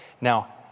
Now